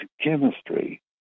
chemistry